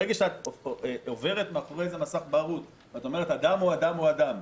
ברגע שאת עוברת מאחורי מסך בערות ואת אומרת שאדם הוא אדם הוא אדם,